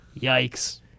Yikes